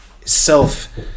self